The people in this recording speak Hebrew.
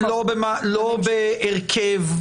לא בהרכב,